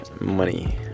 Money